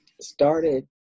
started